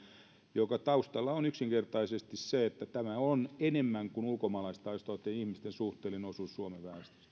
taustalla on yksinkertaisesti se että tämä on enemmän kuin ulkomaalaistaustaisten ihmisten suhteellinen osuus suomen väestöstä tämä